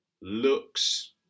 looks